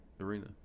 arena